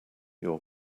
your